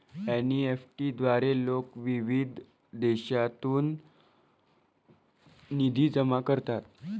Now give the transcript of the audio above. NEFT द्वारे लोक विविध देशांतून निधी जमा करतात